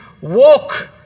walk